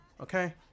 okay